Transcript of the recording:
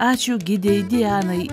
ačiū gidei dianai